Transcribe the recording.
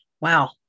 Wow